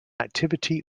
activity